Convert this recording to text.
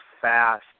fast